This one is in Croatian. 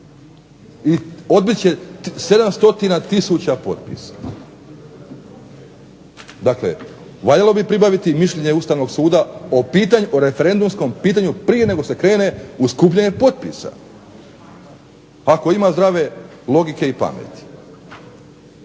i odbit će 700 tisuća potpisa. Dakle, valjalo bi pribaviti mišljenje Ustavnog suda o referendumskom pitanju prije nego se krene u skupljanje potpisa. Ako ima zdrave logike i pameti.